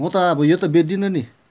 म त अब यो त बेच्दिनँ नि